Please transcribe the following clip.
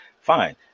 fine